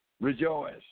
Rejoice